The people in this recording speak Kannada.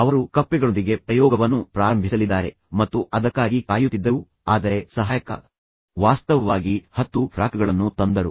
ಅವರು ಕಪ್ಪೆಗಳೊಂದಿಗೆ ಪ್ರಯೋಗವನ್ನು ಪ್ರಾರಂಭಿಸಲಿದ್ದಾರೆ ಮತ್ತು ಅವರು ಅದಕ್ಕಾಗಿ ಕಾಯುತ್ತಿದ್ದರು ಆದರೆ ಸಹಾಯಕ ವಾಸ್ತವವಾಗಿ 10 ಫ್ರಾಕ್ಗಳನ್ನು ತಂದರು